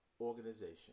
organization